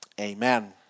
Amen